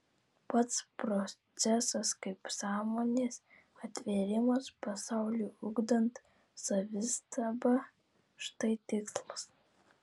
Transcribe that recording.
pats procesas kaip sąmonės atvėrimas pasauliui ugdant savistabą štai tikslas